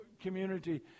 community